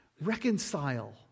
Reconcile